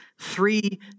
three